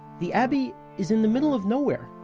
the abbey is in the middle of nowhere.